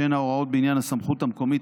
שהן ההוראות בעניין הסמכות המקומית